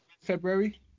February